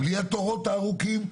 בלי התורים הארוכים.